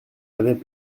avaient